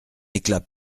éclat